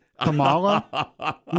Kamala